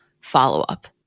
follow-up